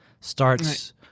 starts